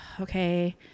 okay